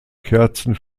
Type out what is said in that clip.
kerzen